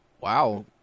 Wow